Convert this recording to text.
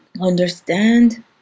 Understand